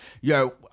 yo